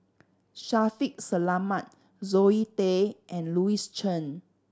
Shaffiq Selamat Zoe Tay and Louis Chen